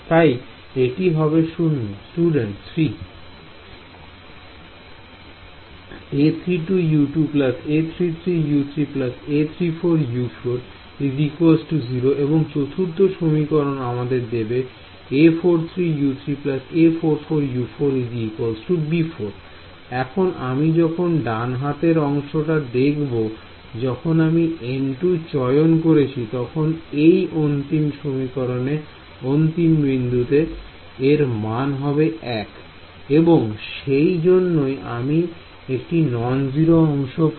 তাই এটি হবে 0 Student 3 A32U2 A33U3 A34U4 0 এবং চতুর্থ সমীকরণ আমাদের দেবে A43U3 A44U4 b4 এখন আমি যখন ডান হাতের অংশটা দেখব যখন আমি N2 চয়ন করেছি তখন এই অন্তিম সমীকরণে অন্তিম বিন্দুতে এরমান হবে 1 এবং সেই জন্যই আমি একটি নন 0 অংশ পাই